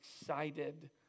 excited